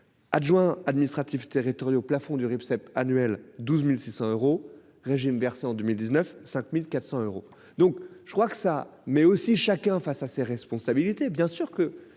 Adjoint administratif territoriaux plafond du Rifseep annuel 12.600 euros régime versé en 2019, 5400 euros. Donc je crois que ça mais aussi chacun face à ses responsabilités